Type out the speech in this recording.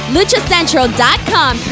LuchaCentral.com